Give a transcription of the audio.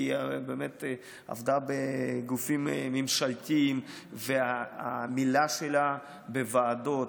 היא עבדה בגופים ממשלתיים והמילה שלה בוועדות,